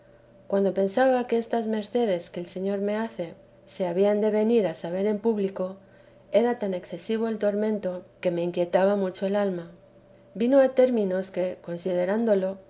cuando pensaba que estas mercedes que el señor me hace se habían de venir a saber en público era tan excesivo el tormentó que me inquietaba mucho el alma vino a términos que considerándolo